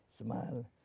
Smile